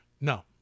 No